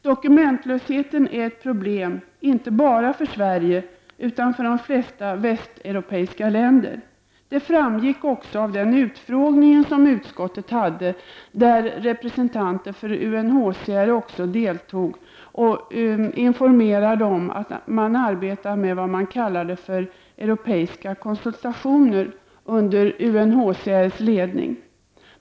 Dokumentlösheten är ett problem, inte bara för Sverige, utan för de flesta västeuropeiska länder. Det framgick också av den utfrågning som utskottet hade, där representanter för UNHCR deltog. Dessa representanter informerade om att de arbetar med s.k. europeiska konsultationer under UNHCRSs ledning.